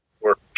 work